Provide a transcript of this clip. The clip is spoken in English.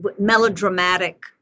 melodramatic